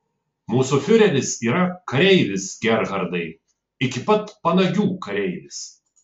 mūsų fiureris yra kareivis gerhardai iki pat panagių kareivis